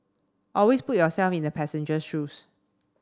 always put yourself in the passenger shoes